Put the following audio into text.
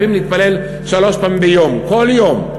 חייבים להתפלל שלוש פעמים ביום כל יום,